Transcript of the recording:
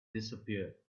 disappeared